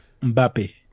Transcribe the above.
Mbappe